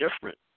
different